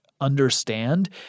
understand